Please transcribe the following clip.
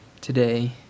today